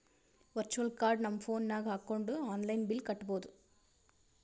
virtual card ನಮ್ phone ನಾಗ್ ಹಾಕೊಂಡ್ ಆನ್ಲೈನ್ ಬಿಲ್ ಕಟ್ಟಬೋದು